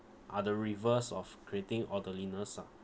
are the reverse of creating orderliness ah